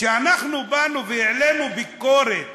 כשבאנו והעלינו ביקורת